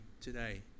today